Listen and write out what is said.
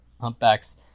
humpbacks